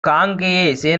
காங்கேய